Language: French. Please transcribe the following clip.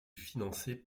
financée